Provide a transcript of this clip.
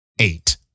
eight